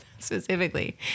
specifically